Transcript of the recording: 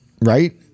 right